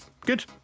Good